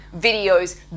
videos